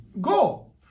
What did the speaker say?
Go